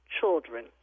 children